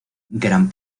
gran